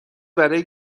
برای